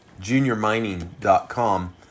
JuniorMining.com